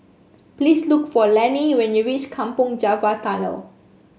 please look for Lani when you reach Kampong Java Tunnel